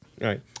Right